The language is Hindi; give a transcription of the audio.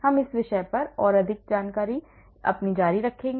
हम इस विषय पर और अधिक जानकारी जारी रखेंगे